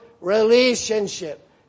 relationship